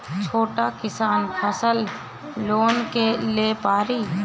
छोटा किसान फसल लोन ले पारी?